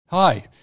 Hi